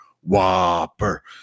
whopper